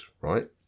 right